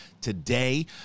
today